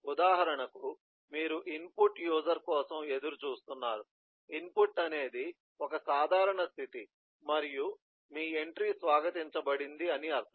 ఉదాహరణకు మీరు input user కోసం ఎదురు చూస్తున్నారు ఇన్పుట్ అనేది ఒక సాధారణ స్థితి మరియు మీ ఎంట్రీ స్వాగతించబడింది అని అర్ధం